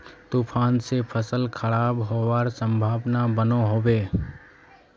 तूफान से फसल खराब होबार संभावना बनो होबे?